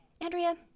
Andrea